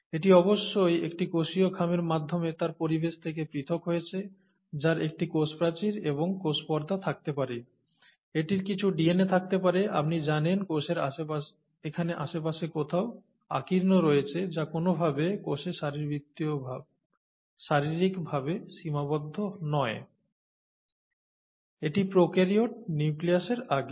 এটি অবশ্যই একটি কোষীয় খামের মাধ্যমে তার পরিবেশ থেকে পৃথক হয়েছে যার একটি কোষ প্রাচীর এবং কোষ পর্দা থাকতে পারে এটির কিছু ডিএনএ থাকতে পারে আপনি জানেন কোষের এখানে আশেপাশে কোথাও আকীর্ণ রয়েছে যা কোনওভাবেই কোষে শারীরিকভাবে সীমাবদ্ধ নয় এটি প্রোক্যারিওট নিউক্লিয়াসের আগে